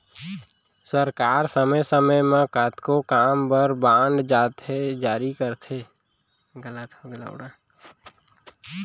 सरकार समे समे म कतको काम बर बांड जारी करथे जेकर ले ओ काम ह बरोबर सरोत्तर ढंग ले निपटाए जा सकय